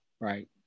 right